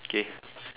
K